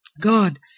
God